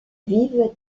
vivent